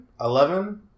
Eleven